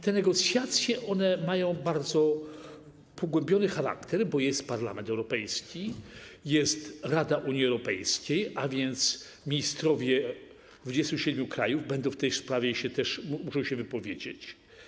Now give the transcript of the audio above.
Te negocjacje mają bardzo pogłębiony charakter, bo jest Parlament Europejski, jest Rada Unii Europejskiej, a więc ministrowie 27 krajów w tej sprawie też muszą się wypowiedzieć.